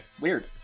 Weird